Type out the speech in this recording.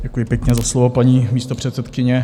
Děkuji pěkně za slovo, paní místopředsedkyně.